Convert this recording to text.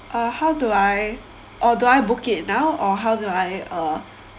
uh how do I or do I book it now or how do I uh